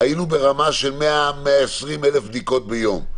היינו ברמה של 120-100 אלף בדיקות ביום,